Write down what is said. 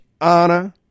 honor